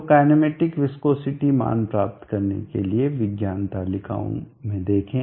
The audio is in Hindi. तो काईनेमेटिक विस्कोसिटी मान प्राप्त करने के लिए विज्ञान तालिकाओं में देखें